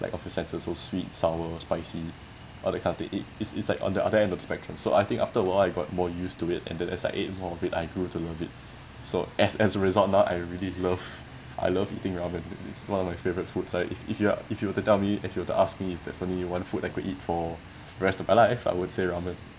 like of the senses so sweet sour spicy all that kind of thing it it's it's like on the other end of spectrum so I think after a while I got more used to it and then as I ate more of it I grew to love it so as as a result now I really love I love eating ramen it it's one of my favorite foods I if if you are if you were to tell me if you were to ask me if there's only one food I could eat for the rest of my life I would say ramen